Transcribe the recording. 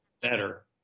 better